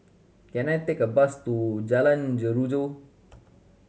can I take a bus to Jalan Jeruju